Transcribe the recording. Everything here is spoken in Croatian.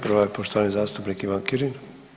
Prva je poštovani zastupnik Ivan Kirin.